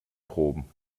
proben